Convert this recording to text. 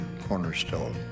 cornerstone